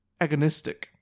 agonistic